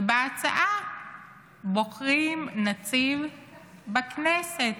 ובהצעה בוחרים נציב בכנסת.